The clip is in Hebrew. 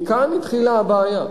מכאן התחילה הבעיה,